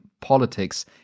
Politics